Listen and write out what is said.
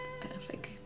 perfect